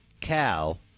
Cal